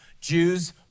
Jews